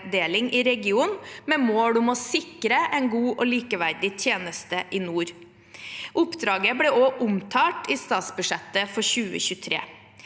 oppgavedeling i regionen med mål om å sikre en god og likeverdig tjeneste i nord. Oppdraget ble også omtalt i statsbudsjettet for 2023.